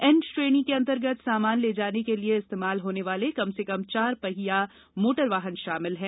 N श्रेणी के अंतर्गत सामान ले जाने के लिए इस्तेमाल होने वाले कम से कम चार पहिया मोटर वाहन शामिल है